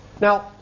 Now